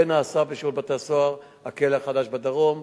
הרבה נעשה בשירות בתי-הסוהר, הכלא החדש בדרום,